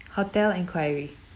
hotel inquiry